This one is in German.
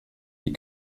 die